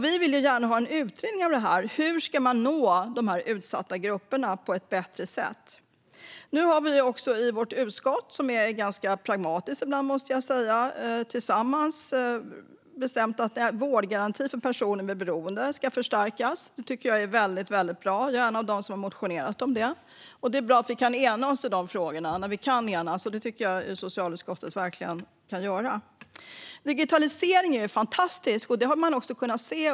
Vi vill gärna ha en utredning av detta. Hur ska man nå de här utsatta grupperna på ett bättre sätt? Nu har vi i vårt utskott, som är ganska pragmatiskt ibland, tillsammans bestämt att vårdgarantin för personer med beroende ska förstärkas. Det tycker jag är väldigt bra. Jag är en av dem som har motionerat om det. Det är bra att vi enas i de frågorna när vi kan, och det tycker jag verkligen att socialutskottet kan göra. Digitaliseringen är fantastisk.